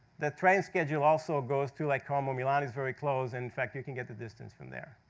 the train schedule also goes to lake como. milan is very close. in fact, you can get the distance from there.